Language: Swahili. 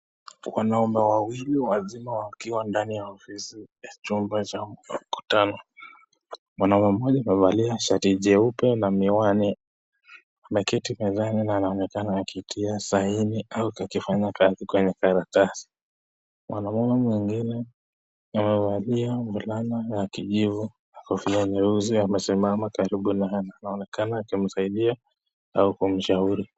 Wanaume wawili wazima wakiwa ndani ya ofisi ya chumba cha mkutano. Mwanamume mmoja amevaa shati jeupe na miwani, ameketi mezani na anaonekana akitia saini au akifanya kazi kwenye karatasi. Mwanamume mwingine amevalia fulana ya kijivu na kofia nyeusi, amesimama karibu na anaonekana akimsaidia au kumshauri.